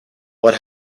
what